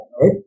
right